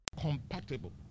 Compatible